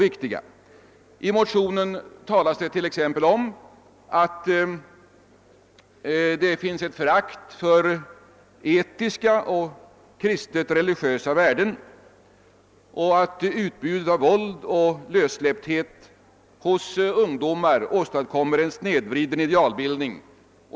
I motionen anföres bl.a. att det förekommer ett förakt för etiska och kristet religiösa värden och att utbudet av våld och lössläppthet hos ungdomar åstadkommer en snedvriden idealbildning.